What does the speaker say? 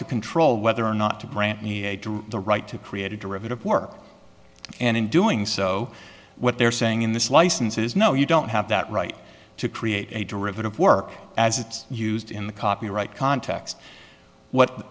to control whether or not to brantley a to the right to create a derivative work and in doing so what they're saying in this license is no you don't have that right to create a derivative work as it's used in the copyright context what